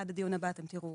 עד הדיון הבא אתם תראו